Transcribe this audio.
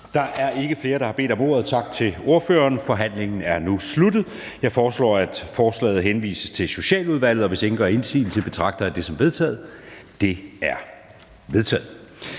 Da der ikke er flere, der har bedt om ordet, er forhandlingen sluttet. Jeg foreslår, at forslaget henvises til Socialudvalget. Hvis ingen gør indsigelse, betragter jeg dette som vedtaget. Det er vedtaget.